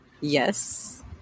Yes